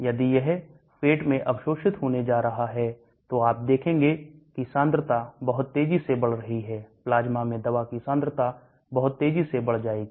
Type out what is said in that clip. यदि यह पेट में अवशोषित होने जा रहा है तो आप देखेंगे कि सांद्रता बहुत तेजी से बढ़ रही है प्लाज्मा में दवा की सांद्रता बहुत तेजी से बढ़ जाएगी